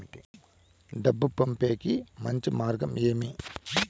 డబ్బు పంపేకి మంచి మార్గం ఏమి